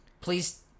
Please